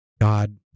god